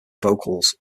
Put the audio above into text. vocals